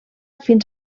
fins